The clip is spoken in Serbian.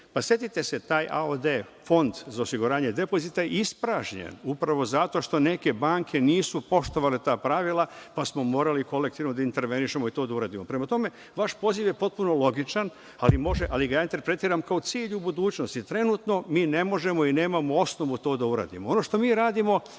pa setite se da je taj Fond za osiguranje depozita ispražnjen upravo zato što neke banke nisu poštovale ta pravila, pa smo morali kolektivno da intervenišemo i to da uradimo. Prema tome, vaš poziv je potpuno logičan, ali ga ja interpretiram kao cilj u budućnosti. Trenutno mi ne možemo i nemamo osnovu to da uradimo. Ono što mi radimo